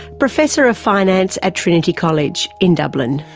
professor of finance at trinity college in dublin.